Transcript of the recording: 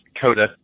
Coda